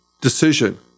decision